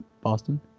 Boston